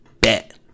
bet